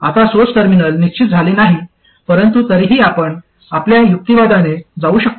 आता source terminal निश्चित झाले नाही परंतु तरीही आपण आपल्या युक्तिवादाने जाऊ शकतो